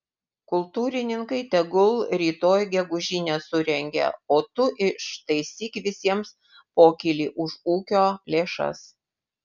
kultūrininkai tegul rytoj gegužinę surengia o tu ištaisyk visiems pokylį už ūkio lėšas